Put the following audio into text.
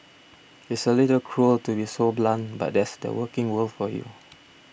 it's a little cruel to be so blunt but that's the working world for you